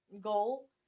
goal